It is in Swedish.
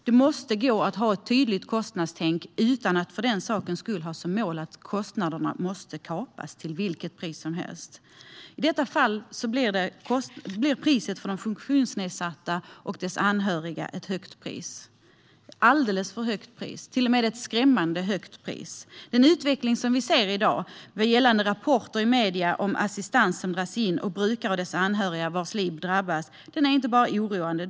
Det måste gå att ha ett tydligt kostnadstänk utan att för den sakens skull ha som mål att kostnaderna måste kapas till vilket pris som helst. I detta fall blir priset för de funktionsnedsatta och deras anhöriga alldeles för högt. Det blir till och med skrämmande högt. Den utveckling vi ser i dag genom rapporter i medierna om hur assistans dras in och hur brukares och deras anhörigas liv drabbas är inte bara oroande.